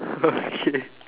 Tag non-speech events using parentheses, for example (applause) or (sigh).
(laughs) okay